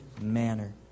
manner